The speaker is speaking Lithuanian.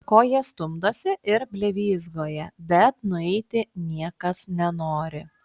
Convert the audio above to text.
ko jie stumdosi ir blevyzgoja bet nueiti niekas nenori